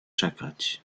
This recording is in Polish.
czekać